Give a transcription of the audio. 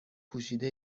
پوشیده